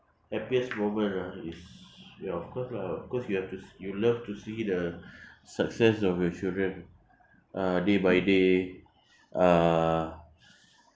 happiest moment ah is eh of course lah of course you have to s~ you love to see the success of your children uh day by day uh